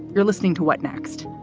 you're listening to what next?